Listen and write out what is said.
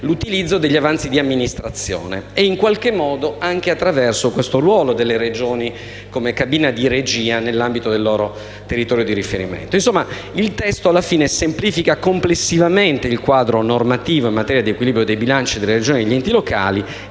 l'utilizzo degli avanzi di amministrazione e, in qualche modo, anche attraverso il ruolo delle Regioni come cabine di regia nell'ambito del proprio territorio di riferimento. In sostanza, alla fine il testo semplifica complessivamente il quadro normativo in materia di equilibrio dei bilanci delle Regioni e degli enti locali